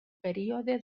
període